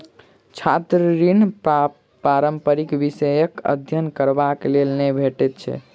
छात्र ऋण पारंपरिक विषयक अध्ययन करबाक लेल नै भेटैत छै